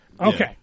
Okay